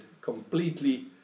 completely